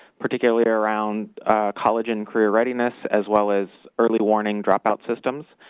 particularly around college and career readiness, as well as early warning dropout systems.